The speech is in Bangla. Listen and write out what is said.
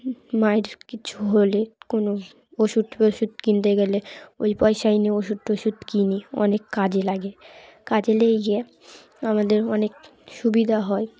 মায়ের কিছু হলে কোনো ওষুধ ওষুধ কিনতে গেলে ওই পয়সায় নিয়ে ওষুধ টষুধ কিনি অনেক কাজে লাগে কাজে লেগে আমাদের অনেক সুবিধা হয়